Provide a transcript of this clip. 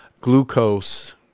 glucose